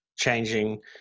changing